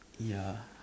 ya